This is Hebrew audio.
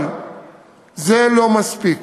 אבל זה לא מספיק.